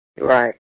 Right